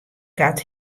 kat